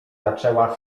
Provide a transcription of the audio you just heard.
zaczęła